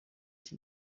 iki